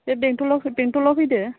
बे बेंटलाव फैदो